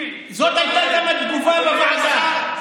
זאת הייתה גם התגובה בוועדה,